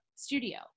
Studio